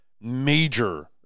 major